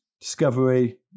discovery